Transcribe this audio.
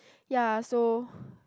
ya so